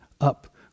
up